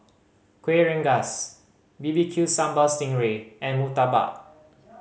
Kueh Rengas B B Q Sambal sting ray and murtabak